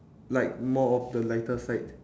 like more of the lighter side